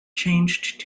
changed